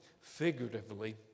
figuratively